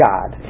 God